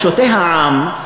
פשוטי העם,